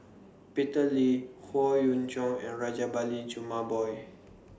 Peter Lee Howe Yoon Chong and Rajabali Jumabhoy